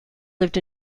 lived